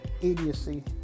idiocy